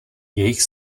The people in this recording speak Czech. jejich